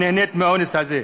נהנית מהאונס הזה.